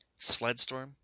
Sledstorm